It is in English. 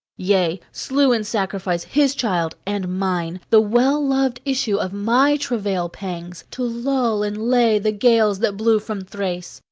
yea, slew in sacrifice his child and mine, the well-loved issue of my travail-pangs, to lull and lay the gales that blew from thrace.